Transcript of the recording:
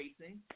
racing